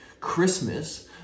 Christmas